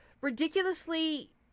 ridiculously